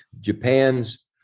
Japan's